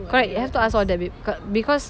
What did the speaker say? correct have to ask all that babe because